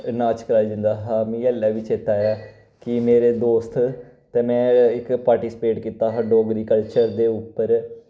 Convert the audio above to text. नाच कराया जंदा हा मिगी आह्ले वी चेत्ता ऐ कि मेरे दोस्त ते में इक पार्टिसिपेट कीता हा डोगरी कल्चर दे उप्पर